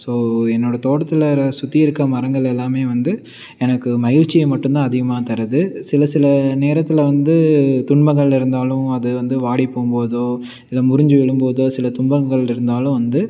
so என்னோடய தோட்டத்தில் சுற்றி இருக்கும் மரங்கள் எல்லாம் வந்து எனக்கு மகிழ்ச்சியை மட்டும் தான் அதிகமாக தருது சில சில நேரத்தில் வந்து துன்பங்கள் இருந்தாலும் அது வந்து வாடி போகும் போது இல்லை முறிஞ்சி விழும் போது சில துன்பங்கள் இருந்தாலும் வந்து